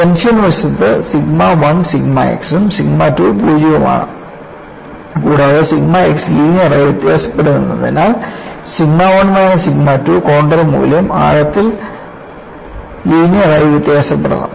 tension വശത്ത് sigma 1 sigma x ഉം sigma 2 0 ഉം ആണ് കൂടാതെ സിഗ്മ x ലീനിയർ ആയി വ്യത്യാസപ്പെടുന്നതിനാൽ സിഗ്മ 1 മൈനസ് സിഗ്മ 2 കോൺണ്ടർ മൂല്യം ആഴത്തിൽ ലീനിയർ ആയി വ്യത്യാസപ്പെടണം